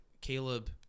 Caleb